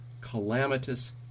calamitous